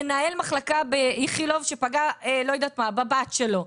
מנהל מחלקה באיכילוב שפגע בבת שלו.